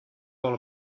all